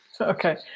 Okay